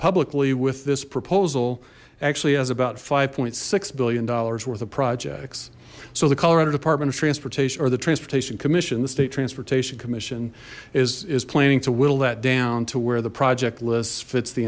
publicly with this proposal actually has about five point six billion dollars worth of projects so the colorado department of transportation or the transportation commission the state transportation commission is is planning to will that down to where the project lists fits the